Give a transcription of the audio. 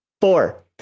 Four